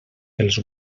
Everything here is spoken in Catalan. els